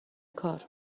کار